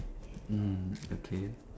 mm okay